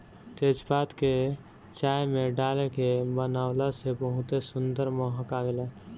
तेजपात के चाय में डाल के बनावे से बहुते सुंदर महक आवेला